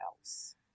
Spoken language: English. else